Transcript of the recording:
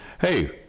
Hey